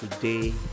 Today